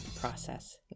process